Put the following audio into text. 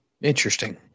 Interesting